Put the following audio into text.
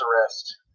arrest